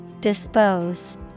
Dispose